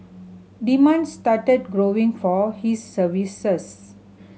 demand started growing for his services